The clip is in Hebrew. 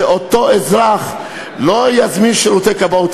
שאותו אזרח לא יזמין שירותי כבאות.